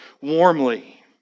warmly